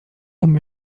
أمي